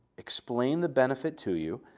explain the benefit to you,